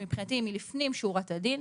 שמבחינתי היא לפנים משורת הדין,